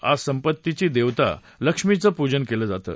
आज संपत्तीची देवता लक्ष्मीचं पूजन केलं जातं